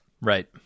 Right